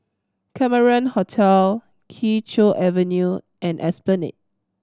Cameron Hotel Kee Choe Avenue and Esplanade